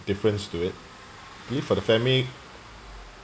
difference to it give for the family